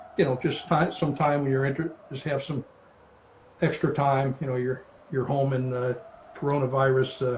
you know, just find some time you're interested just have some extra time, you know your your home in the coronavirus